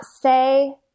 say